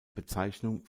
bezeichnung